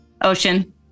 Ocean